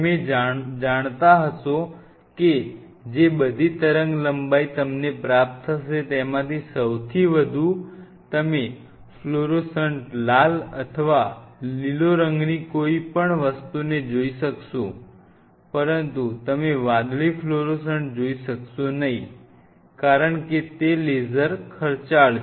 તમે જાણતા હશો કે જે બધી તરંગલંબાઇ તમને પ્રાપ્ત થશે તેમાંથી સૌથી વધુ તમે ફ્લોરોસન્ટ લાલ અથવા લીલો રંગની કોઈપણ વસ્તુને જોઈ શકશો પરંતુ તમે વાદળી ફ્લોરોસન્ટ જોઈ શકશો નહીં કારણ કે તે લેસર ખર્ચાળ છે